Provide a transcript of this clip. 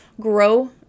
grow